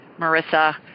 Marissa